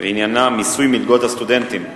ועניינה מיסוי מלגות הסטודנטים,